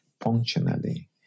functionally